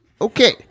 Okay